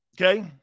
Okay